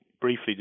briefly